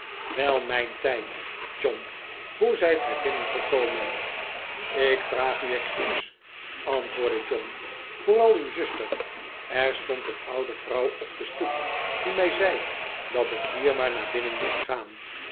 wel mijn tijd john hoe zijt gij binnengekomen ik vraag u excuus antwoordde john vooral uw zuster er stond een oude vrouw op de stoep die mij zei dat ik hier maar naar binnen moest gaan